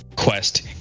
Quest